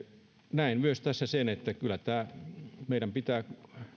näen myös tässä sen että kyllä meidän pitää